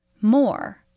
More